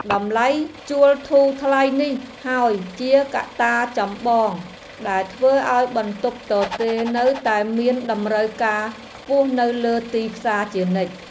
តម្លៃជួលធូរថ្លៃនេះហើយជាកត្តាចម្បងដែលធ្វើឱ្យបន្ទប់ទទេរនៅតែមានតម្រូវការខ្ពស់នៅលើទីផ្សារជានិច្ច។